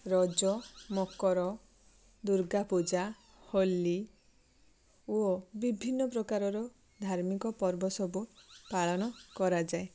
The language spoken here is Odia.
ରଜ ମକର ଦୁର୍ଗା ପୂଜା ହୋଲି ଓ ବିଭିନ୍ନ ପ୍ରକାରର ଧାର୍ମିକ ପର୍ବ ସବୁ ପାଳନ କରାଯାଏ